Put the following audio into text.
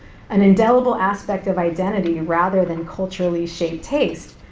an indelible aspect of identity rather than culturally-shaped taste,